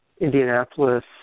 Indianapolis